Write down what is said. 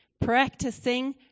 Practicing